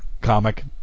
comic